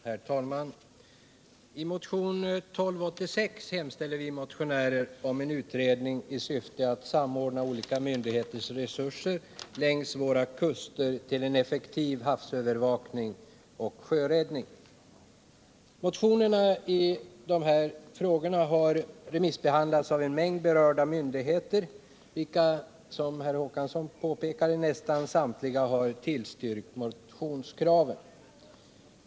Herr talman! I motionen 1286 hemställer vi motionärer om en utredning i syfte att samordna olika myndigheters resurser längs våra kuster till en effektiv havsövervakning och sjöräddning. Motionerna i de här frågorna har remissbehandlats av en mängd berörda myndigheter, vilka - som Per Olof Håkansson påpekade — nästan samtliga har tillstyrkt motionskraven.